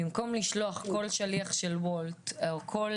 במקום לשלוח כל שליח של וולט או כל